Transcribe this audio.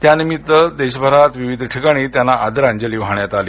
त्यानिमित्त देशभरात विविध ठिकाणी त्यांना आदरांजली वाहण्यात आली